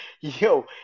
yo